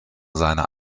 seiner